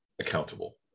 accountable